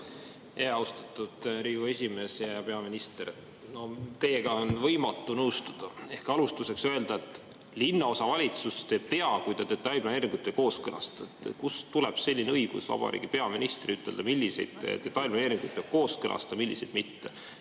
Austatud Riigikogu esimees! Hea peaminister, teiega on võimatu nõustuda. Alustuseks öelda, et linnaosavalitsus teeb vea, kui ta detailplaneeringut ei kooskõlasta. Kust tuleb selline õigus vabariigi peaministril ütelda, milliseid detailplaneeringuid peab kooskõlastama ja milliseid mitte?